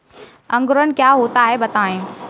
अंकुरण क्या होता है बताएँ?